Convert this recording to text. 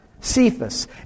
Cephas